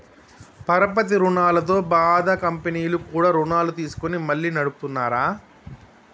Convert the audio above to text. పరపతి రుణాలతో బాధ కంపెనీలు కూడా రుణాలు తీసుకొని మళ్లీ నడుపుతున్నార